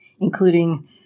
including